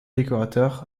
décorateur